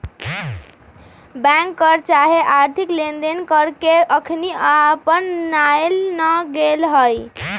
bank कर चाहे आर्थिक लेनदेन कर के अखनी अपनायल न गेल हइ